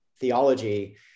theology